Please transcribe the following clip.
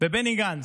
ובני גנץ,